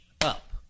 up